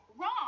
Wrong